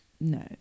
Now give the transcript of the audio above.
no